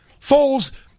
Foles